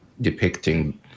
depicting